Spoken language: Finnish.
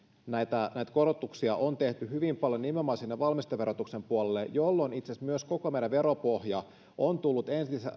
näitä näitä korotuksia on tehty hyvin paljon nimenomaan sinne valmisteverotuksen puolelle jolloin itse asiassa myös koko meidän veropohja on tullut